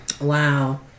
Wow